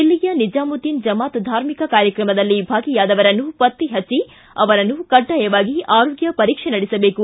ದಿಲ್ಲಿಯ ನಿಜಾಮುದ್ದಿನ್ ಜಮಾತ್ ಧಾರ್ಮಿಕ ಕಾರ್ಯಕ್ರಮದಲ್ಲಿ ಭಾಗಿಯಾದವರನ್ನು ಪತ್ತೆ ಪಚ್ಚಿ ಅವರನ್ನು ಕಡ್ಡಾಯವಾಗಿ ಆರೋಗ್ಯ ಪರೀಕ್ಷೆ ನಡೆಸಬೇಕು